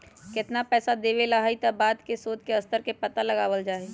कितना पैसा देवे ला हई ई बात के शोद के स्तर से पता लगावल जा हई